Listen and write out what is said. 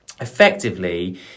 effectively